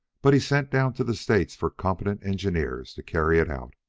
but he sent down to the states for competent engineers to carry it out.